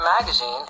Magazine